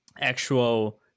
actual